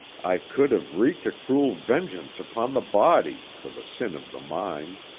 i could have wreaked a cruel vengeance upon the body for the sin of the mind.